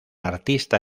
artista